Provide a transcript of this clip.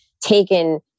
taken